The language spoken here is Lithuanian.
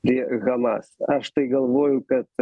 prie hamas aš tai galvoju kad